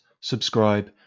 subscribe